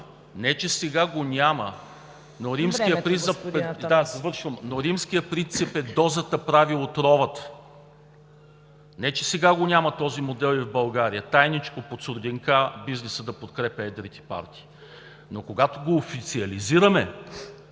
Да, завършвам – но римският принцип е: „дозата прави отровата“. Не че сега го няма този модел и в България – тайничко, под сурдинка бизнесът да подкрепя едрите партии, но когато го официализираме,